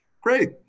Great